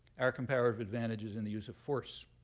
our comparative advantage is in the use of force,